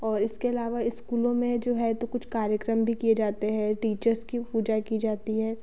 और इसके अलावा स्कूलों में जो है तो कुछ कार्यक्रम भी किए जाते हैं टीचर्स की पूजा की जाती है